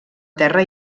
terra